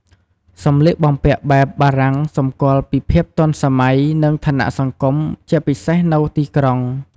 សម្លៀកបំពាក់បែបបារាំងសម្គាល់ពីភាពទាន់សម័យ និងឋានៈសង្គម ជាពិសេសនៅទីក្រុង។